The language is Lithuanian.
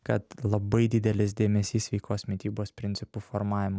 kad labai didelis dėmesys sveikos mitybos principų formavimu